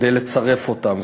כדי לצרף אותן.